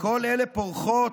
כל אלה פורחות